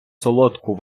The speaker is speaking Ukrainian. солодку